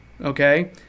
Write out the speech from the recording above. Okay